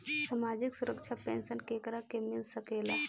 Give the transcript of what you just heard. सामाजिक सुरक्षा पेंसन केकरा के मिल सकेला?